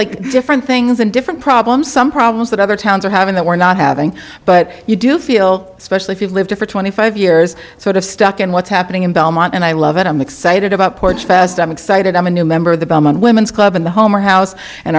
like different things and different problems some problems that other towns are having that we're not having but you do feel especially if you've lived in for twenty five years sort of stuck in what's happening in belmont and i love it i'm excited about ports fest i'm excited i'm a new member of the bellman women's club in the home our house and